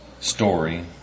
story